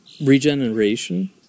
regeneration